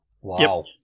Wow